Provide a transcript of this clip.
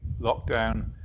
lockdown